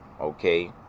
Okay